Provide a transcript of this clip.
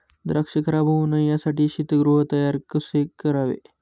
द्राक्ष खराब होऊ नये यासाठी शीतगृह तयार कसे करावे?